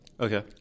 Okay